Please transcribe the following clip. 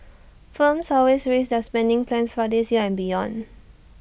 firms always raised their spending plans for this year and beyond